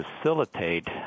facilitate